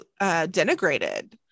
denigrated